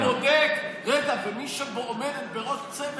ומי שבודק, רגע, ומי שעומדת בראש צוות